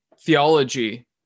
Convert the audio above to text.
theology